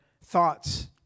thoughts